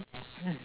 mm